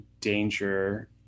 danger